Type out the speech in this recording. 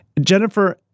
Jennifer